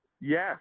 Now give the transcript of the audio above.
Yes